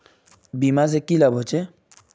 बीमा से की लाभ होचे?